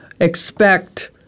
expect